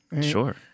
Sure